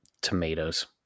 tomatoes